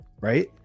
right